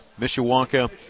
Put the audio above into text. Mishawaka